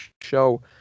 show